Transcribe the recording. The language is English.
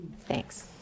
Thanks